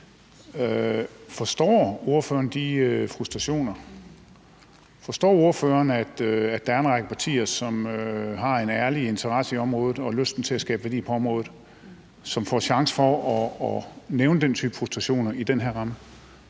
Forstår ordføreren de frustrationer? Forstår ordføreren, at der er en række partier, som har en ærlig interesse i området og har lysten til at skabe værdi på området, og som får en chance for at nævne den type frustrationer i den her ramme?